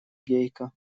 гейка